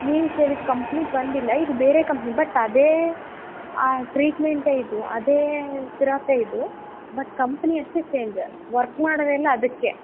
ನೀವು ಕೇಳಿದ ಕಂಪ್ನಿ ಬಂದಿಲ್ಲ ಇದು ಬೇರೆ ಕಂಪ್ನಿ ಬಟ್ ಅದೇ ಆ ಟ್ರೀಟ್ಮೆಂಟೇ ಇದು ಅದೇ ಸಿರಾಪೇ ಇದು ಬಟ್ ಕಂಪ್ನಿ ಅಷ್ಟೇ ಚೇಂಜ್ ವರ್ಕ್ ಮಾಡೋದೆಲ್ಲ ಅದಕ್ಕೆ